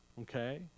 Okay